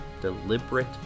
deliberate